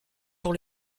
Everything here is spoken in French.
pour